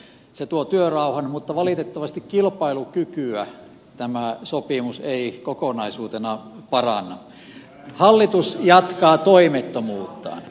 se tuo työrauhan mutta valitettavasti kilpailukykyä tämä sopimus ei kokonaisuutena paranna